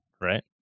right